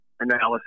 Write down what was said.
analysis